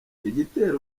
igitera